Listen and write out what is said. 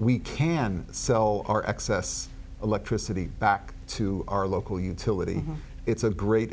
we can sell our excess electricity back to our local utility it's a great